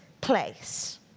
place